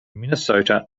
minnesota